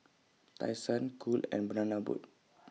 Tai Sun Cool and Banana Boat